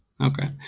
Okay